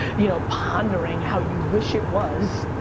you know, pondering how you wish it was,